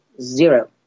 zero